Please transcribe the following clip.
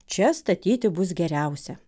čia statyti bus geriausia